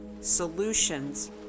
solutions